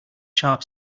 sharp